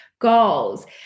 goals